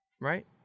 Right